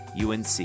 UNC